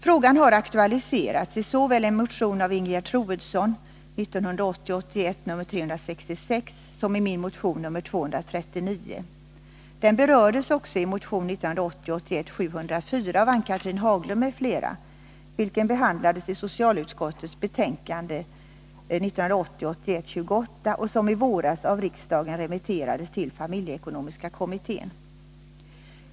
Frågan har aktualiserats såväl i en motion av Ingegerd Troedsson, 1980 81:704 av Ann-Cathrine Haglund m.fl. vilken behandlades i socialutskottets betänkande 1980/81:28 och som i våras av riksdagen remitterades till familjeekonomiska kommittén.